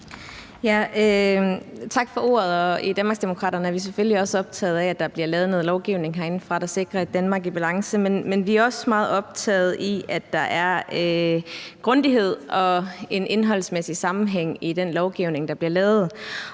Tak for ordet. I Danmarksdemokraterne er vi selvfølgelig også optaget af, at der bliver lavet noget lovgivning herindefra, der sikrer et Danmark i balance, men vi er også meget optaget af, at der er grundighed og en indholdsmæssig sammenhæng i den lovgivning, der bliver lavet.